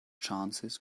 chances